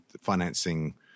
financing